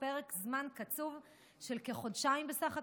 פרק זמן קצוב של כחודשיים בסך הכול,